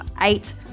eight